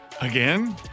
again